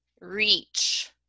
reach